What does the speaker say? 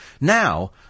Now